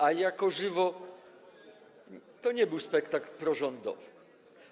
Ale jako żywo to nie był spektakl prorządowy.